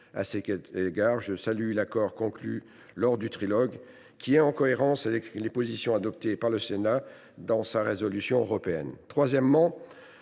À cet égard, je salue l’accord conclu lors du trilogue, qui est en cohérence avec les positions adoptées par le Sénat dans sa résolution européenne.